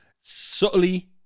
Subtly